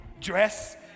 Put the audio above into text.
dress